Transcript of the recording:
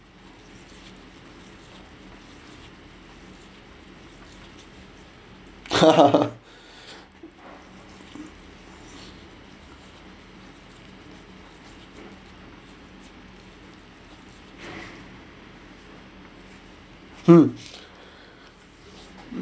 hmm